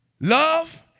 love